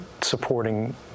supporting